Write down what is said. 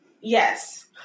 Yes